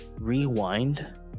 Rewind